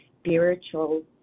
spiritual